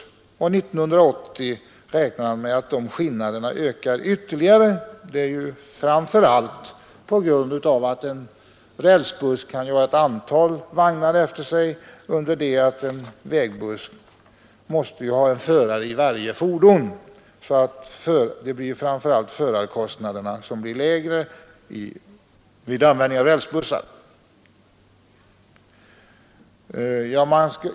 Han har också räknat med att den skillnaden ökar ytterligare till 1980, framför allt därför att en rälsbuss kan ha ett antal vagnar efter sig, medan en vägbuss måste ha en förare i varje fordon. Det är alltså framför allt förarkostnaderna som blir lägre vid användning av rälsbussar.